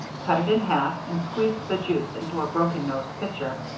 cut it in half, and squeezed the juice into a broken-nosed pitcher.